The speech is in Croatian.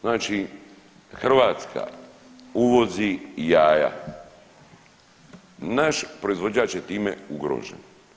Znači Hrvatska uvozi jaja, naš proizvođač je time ugrožen.